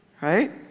right